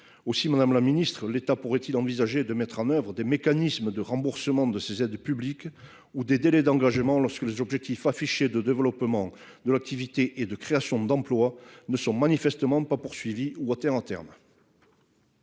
Aussi, madame la ministre, l'État pourrait-il envisager de mettre en oeuvre des mécanismes de remboursement de ces aides publiques ou des délais d'engagement lorsque les objectifs affichés de développement de l'activité et de créations d'emplois ne sont manifestement pas visés ou atteints à terme ?